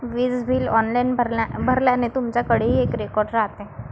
वीज bill online भरल्याने, तुमच्याकडेही एक रेकॉर्ड राहते